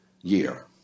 year